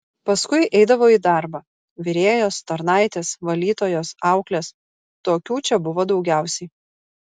paskui eidavo į darbą virėjos tarnaitės valytojos auklės tokių čia buvo daugiausiai